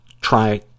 try